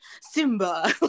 Simba